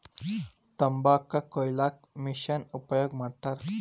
ತಂಬಾಕ ಕೊಯ್ಯಾಕು ಮಿಶೆನ್ ಉಪಯೋಗ ಮಾಡತಾರ